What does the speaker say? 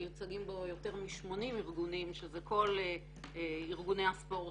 מיוצגים בו יותר מ-80 ארגונים שזה כל ארגוני הספורט,